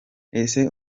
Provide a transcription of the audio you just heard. ese